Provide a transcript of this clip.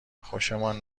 خوشمان